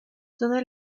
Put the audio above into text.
todas